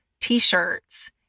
T-shirts